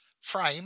frame